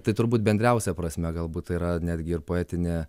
tai turbūt bendriausia prasme galbūt tai yra netgi ir poetinė